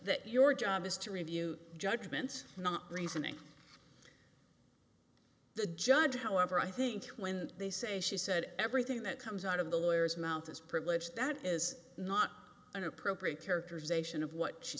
that your job is to review judgments not reasoning the judge however i think when they say she said everything that comes out of the lawyers mouth is privilege that is not an appropriate characterization of what she